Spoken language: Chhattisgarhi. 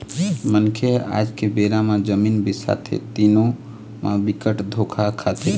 मनखे ह आज के बेरा म जमीन बिसाथे तेनो म बिकट धोखा खाथे